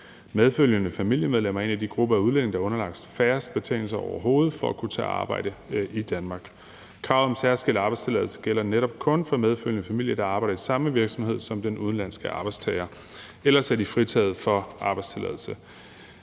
Medfølgende familiemedlemmer er en af de grupper af udlændinge, der er underlagt færrest betingelser overhovedet for at kunne tage arbejde i Danmark. Kravet om særskilt arbejdstilladelse gælder netop kun for medfølgende familie, der arbejder i samme virksomhed som den udenlandske arbejdstager. Ellers er de fritaget for kravet om arbejdstilladelse.